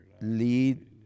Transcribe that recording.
lead